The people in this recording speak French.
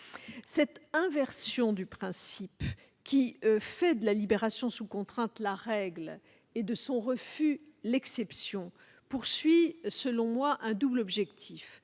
Cette inversion du principe qui fait de la libération sous contrainte la règle, et de son refus, l'exception, vise selon moi un double objectif